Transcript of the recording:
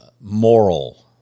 moral